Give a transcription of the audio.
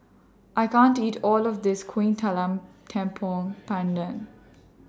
I can't eat All of This Kuih Talam Tepong Pandan